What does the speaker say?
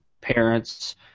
parents